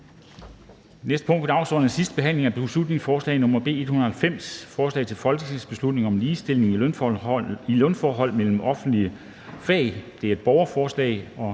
næste punkt på dagsordenen er: 42) 2. (sidste) behandling af beslutningsforslag nr. B 190: Forslag til folketingsbeslutning om ligestilling i lønforhold mellem offentlige fag (borgerforslag).